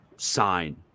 sign